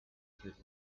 that